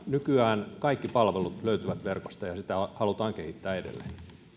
nykyään kaikki palvelut löytyvät verkosta ja ja sitä halutaan kehittää edelleen